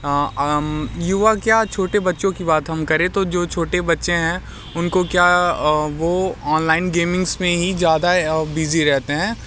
युवा क्या छोटे बच्चों की बात हम करें तो जो छोटे बच्चे हैं उनको क्या वो ऑनलाइन गेमिंग्स में ही ज़्यादा बिज़ी रहते हैं